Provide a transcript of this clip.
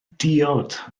diod